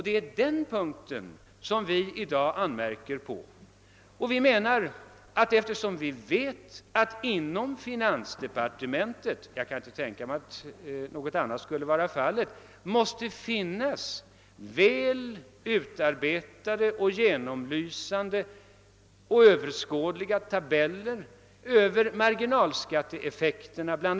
Det är den punkten som vi i dag anmärker på. Vi vet att det inom finansdepartementet — jag kan inte tänka mig att något annat skulle kunna vara fallet -— måste finnas väl utarbetade, genomlysande, överskådliga tabeller över bl.a. marginalskatteeffekterna.